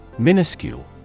Minuscule